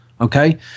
Okay